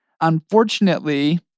unfortunately